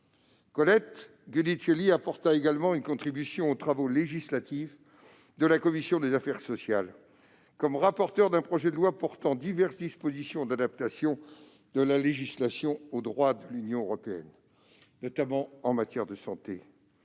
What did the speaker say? Colette Giudicelli apporta également une contribution aux travaux législatifs de la commission des affaires sociales, comme rapporteur d'un projet de loi portant diverses dispositions d'adaptation de la législation au droit de l'Union européenne, notamment en matière de santé,